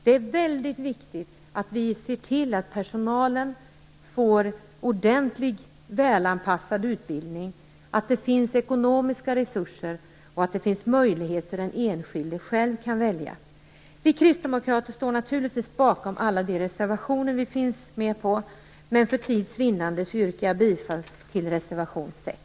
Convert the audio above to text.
Det är väldigt viktigt att personalen får en ordentlig och välanpassad utbildning, att det finns ekonomiska resurser och att det finns möjlighet för den enskilde att själv kunna välja. Vi Kristdemokrater står naturligtvis bakom alla de reservationer som vi finns med på, men för tids vinnande yrkar jag bifall till reservation 6.